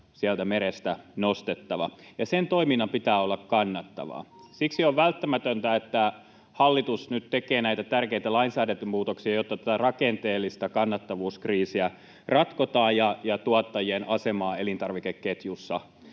sieltä merestä nostettava. Ja sen toiminnan pitää olla kannattavaa. Siksi on välttämätöntä, että hallitus nyt tekee näitä tärkeitä lainsäädäntömuutoksia, jotta tätä rakenteellista kannattavuuskriisiä ratkotaan ja tuottajien asemaa elintarvikeketjussa